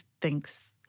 thinks